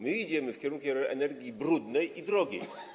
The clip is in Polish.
My idziemy w kierunku energii brudnej i drogiej.